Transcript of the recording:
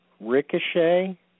Ricochet